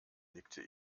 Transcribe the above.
nickte